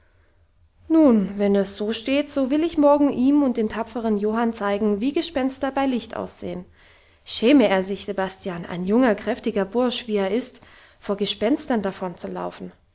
nun wenn es so steht so will ich morgen ihm und dem tapferen johann zeigen wie gespenster beim licht aussehen schäme er sich sebastian ein junger kräftiger bursch wie er ist vor gespenstern